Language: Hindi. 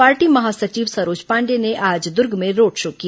पार्टी महासचिव सरोज पांडेय ने आज दर्ग में रोड शो किया